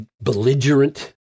belligerent